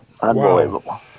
Unbelievable